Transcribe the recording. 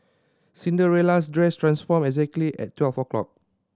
Cinderella's dress transformed exactly at twelve o' clock